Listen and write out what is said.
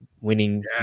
winning